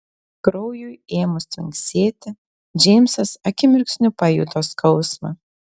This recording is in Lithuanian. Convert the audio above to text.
kraujui ėmus tvinksėti džeimsas akimirksniu pajuto skausmą